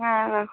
হ্যাঁ রাখো